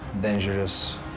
dangerous